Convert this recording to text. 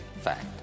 fact